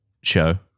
show